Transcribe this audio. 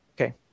Okay